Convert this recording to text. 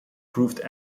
proved